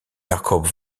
jakob